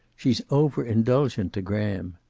she's over-indulgent to graham.